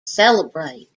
celebrate